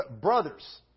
brothers